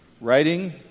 writing